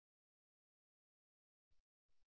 நமது விருப்பத்தையும் காட்டுகிறது